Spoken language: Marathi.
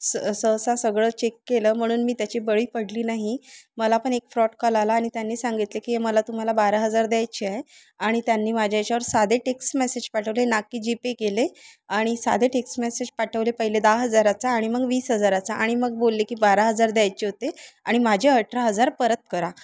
स सहसा सगळं चेक केलं म्हणून मी त्याची बळी पडली नाही मला पण एक फ्रॉड कॉल आला आणि त्यांनी सांगितले की मला हे तुम्हाला बारा हजार द्यायचे आहे आणि त्यांनी माझ्या याच्यावर साधे टेक्स मेसेज पाठवले ना की जीपे केले आणि साधे टेक्स मेसेज पाठवले पहिले दहा हजाराचा आणि मग वीस हजाराचा आणि मग बोलले की बारा हजार द्यायचे होते आणि माझे अठरा हजार परत करा